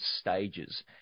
stages